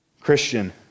Christian